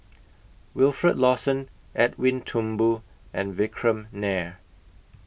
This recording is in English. Wilfed Lawson Edwin Thumboo and Vikram Nair